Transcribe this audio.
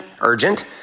urgent